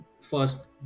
first